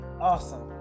awesome